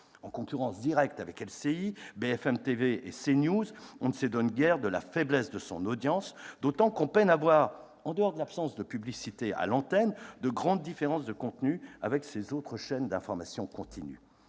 En concurrence directe avec LCI, BFM TV et CNews, on ne s'étonne guère de la faiblesse de son audience, d'autant qu'on peine à voir, en dehors de l'absence de publicité à l'antenne, de grandes différences de contenus avec ces autres chaînes d'information continue.